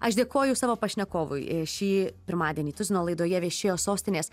aš dėkoju savo pašnekovui šį pirmadienį tuzino laidoje viešėjo sostinės